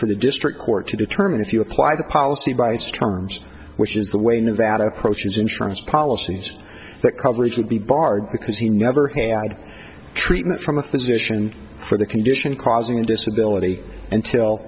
for the district court to determine if you apply the policy by its terms which is the way nevada approaches insurance policies that coverage would be barred because he never had treatment from a physician for the condition causing disability until